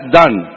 done